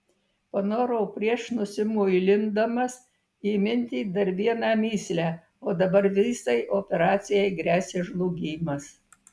panorau prieš nusimuilindamas įminti dar vieną mįslę o dabar visai operacijai gresia žlugimas